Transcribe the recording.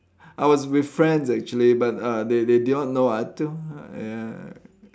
I was with friends actually but uh they they did not know until ya